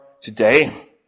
today